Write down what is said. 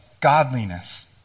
godliness